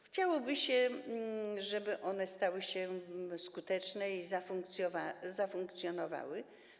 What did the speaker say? Chciałoby się, żeby one stały się skuteczne i zafunkcjonowały.